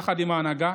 יחד עם ההנהגה